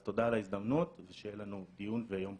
אז תודה על ההזדמנות ושיהיה לנו דיון ויום פורה.